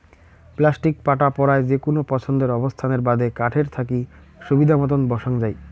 plastic পাটা পরায় যেকুনো পছন্দের অবস্থানের বাদে কাঠের থাকি সুবিধামতন বসাং যাই